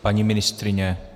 Paní ministryně?